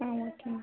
ah okay ma'am